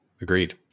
agreed